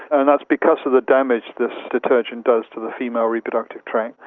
and that's because of the damage this detergent does to the female reproductive tract.